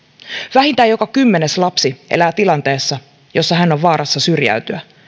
vähintään joka kymmenes lapsi elää tilanteessa jossa hän on vaarassa syrjäytyä